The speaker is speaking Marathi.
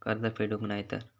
कर्ज फेडूक नाय तर?